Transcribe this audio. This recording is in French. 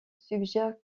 suggèrent